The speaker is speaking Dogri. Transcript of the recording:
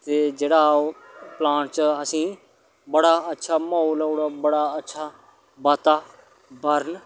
ते जेह्ड़ा ओह् प्लांट च असें ई बड़ा अच्छा म्हौल होर बड़ा अच्छा वातावरण